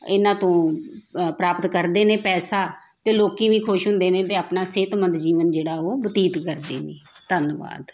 ਇਹਨਾਂ ਤੋਂ ਪ੍ਰਾਪਤ ਕਰਦੇ ਨੇ ਪੈਸਾ ਅਤੇ ਲੋਕੀਂ ਵੀ ਖੁਸ਼ ਹੁੰਦੇ ਨੇ ਅਤੇ ਆਪਣਾ ਸਿਹਤਮੰਦ ਜੀਵਨ ਜਿਹੜਾ ਉਹ ਬਤੀਤ ਕਰਦੇ ਨੇ ਧੰਨਵਾਦ